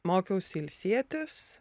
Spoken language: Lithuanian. mokiausi ilsėtis